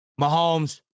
Mahomes